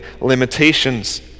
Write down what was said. limitations